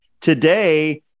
today